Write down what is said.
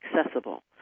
accessible